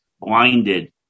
blinded